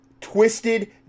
twisted